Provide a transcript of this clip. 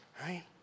right